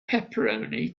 pepperoni